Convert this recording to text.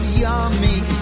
yummy